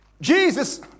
Jesus